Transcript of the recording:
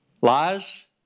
lies